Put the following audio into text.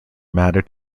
matter